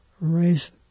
raise